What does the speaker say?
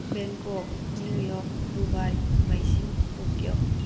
Bangkok New York Dubai Beijing Tokyo